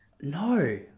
No